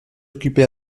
occupé